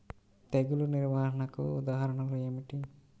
తెగులు నిర్వహణకు ఉదాహరణలు ఏమిటి?